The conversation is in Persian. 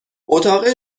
اتاق